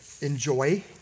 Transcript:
enjoy